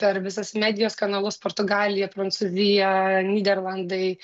per visas medijos kanalus portugalija prancūzija nyderlandai